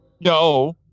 No